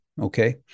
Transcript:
okay